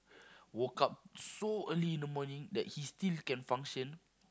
woke up so early in the morning that he still can function